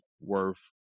worth